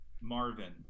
Marvin